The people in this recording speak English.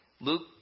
Luke